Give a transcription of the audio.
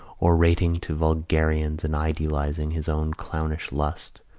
orating to vulgarians and idealising his own clownish lusts,